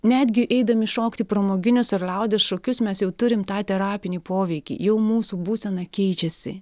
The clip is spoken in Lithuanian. netgi eidami šokti pramoginius ar liaudies šokius mes jau turim tą terapinį poveikį jau mūsų būsena keičiasi